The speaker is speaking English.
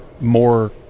more